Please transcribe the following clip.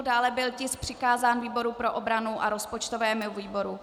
Dále byl tisk přikázán výboru pro obranu a rozpočtovému výboru.